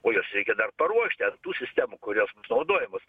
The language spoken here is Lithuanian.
o juos reikia dar paruošti ant tų sistemų kurios naudojamos